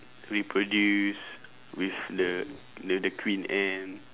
reproduce with the the the queen ant